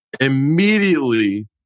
immediately